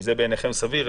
וזה בעיניכם סביר.